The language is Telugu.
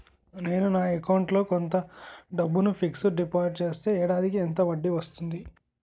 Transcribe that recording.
నేను నా అకౌంట్ లో కొంత డబ్బును ఫిక్సడ్ డెపోసిట్ చేస్తే ఏడాదికి ఎంత వడ్డీ వస్తుంది?